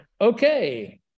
okay